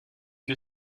que